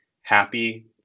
happy